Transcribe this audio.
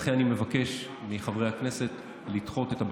לכן אני מבקש מחברי הכנסת לדחות את הבקשה.